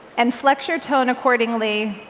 and flex your tone accordingly,